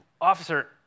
Officer